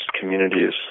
communities